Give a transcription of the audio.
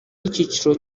n’icyiciro